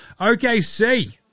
OKC